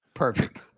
Perfect